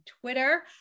Twitter